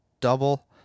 double